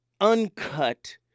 uncut